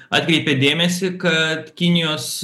atkreipė dėmesį kad kinijos